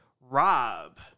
Rob